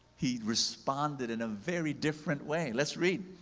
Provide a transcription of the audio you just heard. he responded in a very different way. let's read.